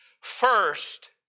first